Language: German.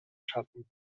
schaffen